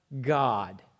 God